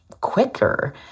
quicker